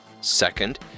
Second